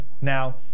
now